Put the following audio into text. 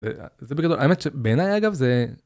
זה בגדול האמת שבעיני אגב זה.